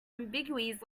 ambiguities